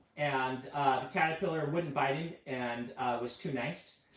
and caterpillar wouldn't bite him and was too nice.